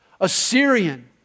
Assyrian